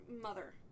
mother